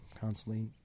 constantly